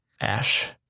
Ash